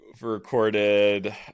recorded